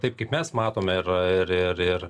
taip kaip mes matome ir ir ir